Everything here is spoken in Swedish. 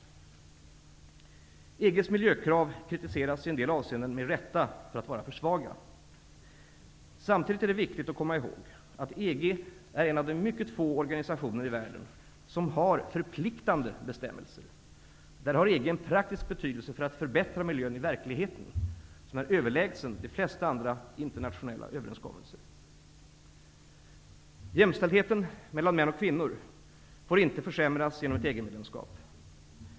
EG:s miljökrav kritiseras i en del avseenden med rätta för att vara för svaga. Samtidigt är det viktigt att komma ihåg att EG är en av de mycket få organisationer i världen som har förpliktande bestämmelser. Där har EG en praktisk betydelse för att förbättra miljön i verkligheten som är överlägsen de flesta andra internationella överenskommelser. Jämställdheten mellan män och kvinnor får inte försämras genom ett EG-medlemskap.